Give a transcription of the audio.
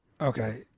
Okay